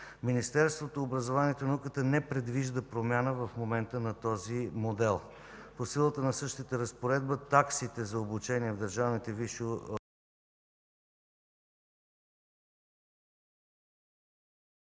Министерството на образованието и науката не предвижда промяна в момента на този модел. По силата на същата разпоредба таксите за обучение в държавните висши